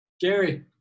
Gary